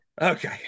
Okay